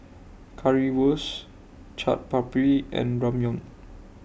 Currywurst Chaat Papri and Ramyeon